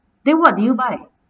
then what do you buy